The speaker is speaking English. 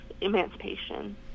emancipation